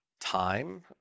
time